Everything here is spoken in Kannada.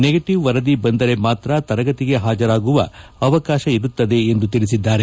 ನೆಗೆಟವ್ ವರದಿ ಬಂದರೆ ಮಾತ್ರ ತರಗತಿಗೆ ಹಾಜರಾಗುವ ಅವಕಾಶ ಇರುತ್ತದೆ ಎಂದು ತಿಳಿಸಿದ್ದಾರೆ